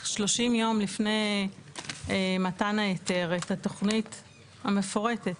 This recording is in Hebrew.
30 יום לפני מתן ההיתר את התכנית המפורטת?